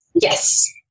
Yes